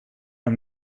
i’m